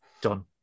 Done